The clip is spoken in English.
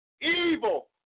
Evil